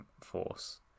force